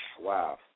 Wow